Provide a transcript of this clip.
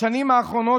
בשנים האחרונות